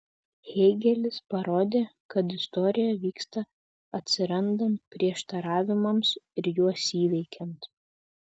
hėgelis parodė kad istorija vyksta atsirandant prieštaravimams ir juos įveikiant